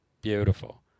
Beautiful